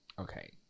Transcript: Okay